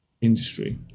industry